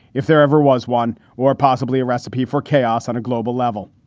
if there ever was one or possibly a recipe for chaos on a global level,